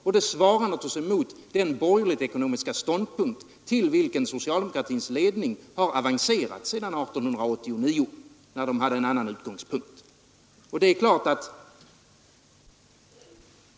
Och det svarar naturligtvis mot den borgerligt-ekonomiska ståndpunkt som socialdemokratins ledning nu har avancerat till sedan 1889, då man hade en annan utgångspunkt.